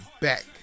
back